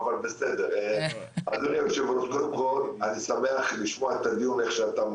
זה קשור ועוד איך, וזה לא מתאים.